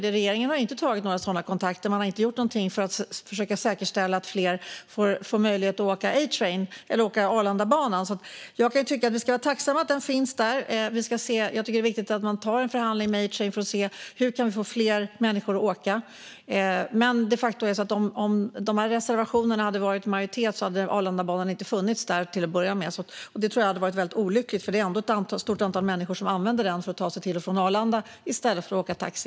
Regeringen har inte tagit några sådana kontakter, och man har inte gjort något för att säkerställa att fler får möjlighet att åka Arlandabanan. Jag kan tycka att vi ska vara tacksamma för att banan finns. Jag tycker också att det är viktigt att man tar en förhandling med A-Train för att se hur det går att få fler människor att åka Arlandabanan. Om reservationerna hade motsvarat en majoritet hade Arlandabanan inte funnits där till att börja med, och det hade varit olyckligt eftersom det ändå är ett stort antal människor som använder sig av banan för att ta sig till och från Arlanda i stället för att åka taxi.